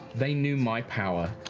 they knew my power.